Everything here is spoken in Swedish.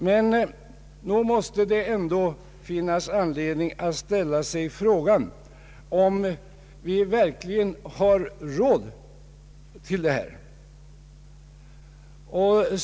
Men nog måste det ändå finnas anledning att ställa sig frågan om vi verkligen har råd till detta.